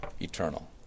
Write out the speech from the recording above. eternal